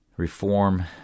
Reform